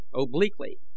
obliquely